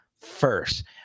first